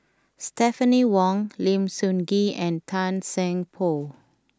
Stephanie Wong Lim Sun Gee and Tan Seng Poh